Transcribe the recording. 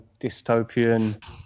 dystopian